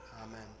Amen